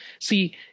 See